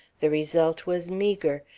the result was meagre,